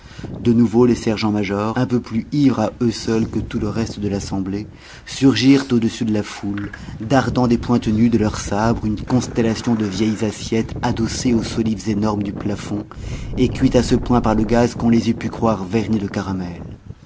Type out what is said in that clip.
de nouveau les sergents majors un peu plus ivres à eux seuls que tout le reste de l'assemblée surgirent au-dessus de la foule dardant des pointes nues de leurs sabres une constellation de vieilles assiettes adossées aux solives énormes du plafond et cuites à ce point par le gaz qu'on les eût pu croire vernies de caramel